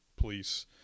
police